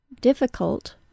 difficult